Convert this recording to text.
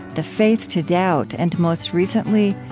the faith to doubt, and most recently,